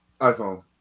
iPhone